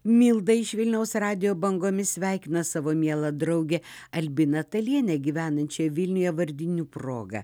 milda iš vilniaus radijo bangomis sveikina savo mielą draugę albiną talienę gyvenančią vilniuje vardinių proga